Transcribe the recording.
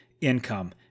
income